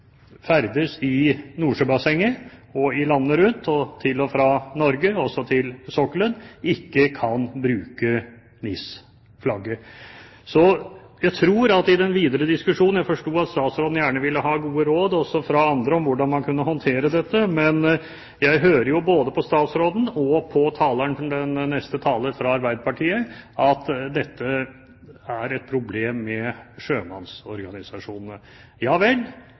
ferdes i Nordsjøbassenget og i landene rundt, og til og fra Norge, også til sokkelen, ikke kan bruke NIS-flagget. Når det gjelder den videre diskusjonen, forsto jeg det slik at statsråden gjerne vil ha gode råd også fra andre om hvordan man kan håndtere dette. Men jeg har hørt både fra statsråden og fra neste taler fra Arbeiderpartiet at det her er et problem med sjømannsorganisasjonene. Ja vel,